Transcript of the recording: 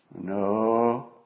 no